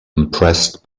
impressed